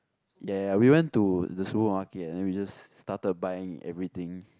ya ya we went to the supermarket then we just started buying everything